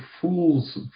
fool's